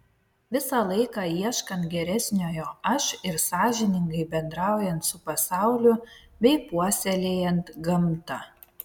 visą laiką ieškant geresniojo aš ir sąžiningai bendraujant su pasauliu bei puoselėjant gamtą